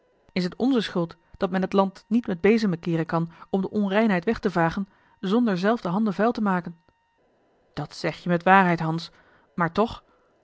is t onze schuld dat men het land niet met bezemen keeren kan om de onreinheid weg te vegen zonder zelf de handen vuil te maken dat zeg je met waarheid hans maar toch